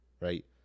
Right